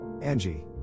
Angie